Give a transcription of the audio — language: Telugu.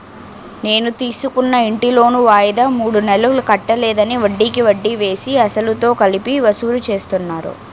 నేను తీసుకున్న ఇంటి లోను వాయిదా మూడు నెలలు కట్టలేదని, వడ్డికి వడ్డీ వేసి, అసలుతో కలిపి వసూలు చేస్తున్నారు